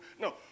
No